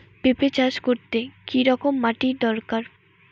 পেঁপে চাষ করতে কি রকম মাটির দরকার?